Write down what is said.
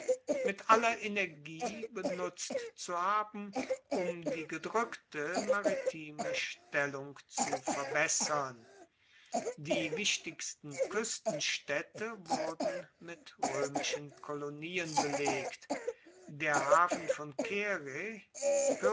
mit aller energie benutzt zu haben um die gedrueckte maritime stellung zu verbessern die wichtigsten kuestenstaedte wurden mit roemischen kolonien belegt der hafen von caere